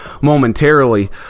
momentarily